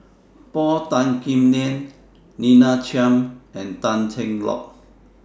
Paul Tan Kim Liang Lina Chiam and Tan Cheng Lock